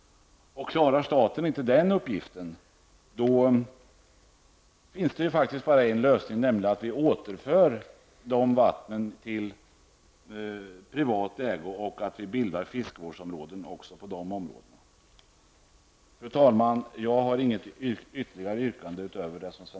Klarar staten inte den uppgiften, finns det faktiskt bara en lösning, nämligen att vi återför de vattnen i privat ägo och bildar fiskevårdsområden även på dessa vatten. Fru talman! Jag har inget annat yrkande än det som